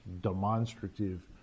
demonstrative